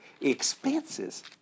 expenses